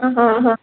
ಅಹಾಂ ಅಹಾಂ